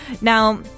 Now